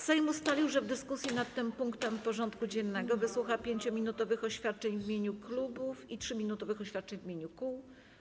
Sejm ustalił, że w dyskusji nad tym punktem porządku dziennego wysłucha 5-minutowych oświadczeń w imieniu klubów i 3-minutowych oświadczeń w imieniu kół.